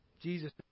Jesus